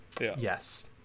yes